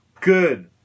good